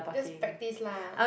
just practice lah